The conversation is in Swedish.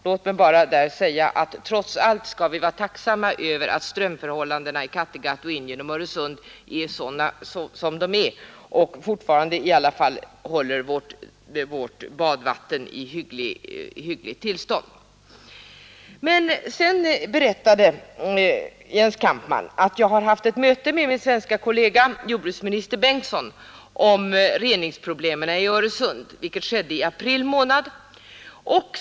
Låt mig bara säga att vi trots allt skall vara tacksamma över att ström förhållandena i Kattegatt och inom Öresund är sådana som de är, varigenom vi fortfarande kan hålla vårt badvatten i hyggligt tillstånd Sedan berättade emellertid Jens Kampamm om att han haft ett möte med sin svenska kollega jordbruksminister Bengtsson om reningsproblemen i Öresund. Detta skedde i april månad.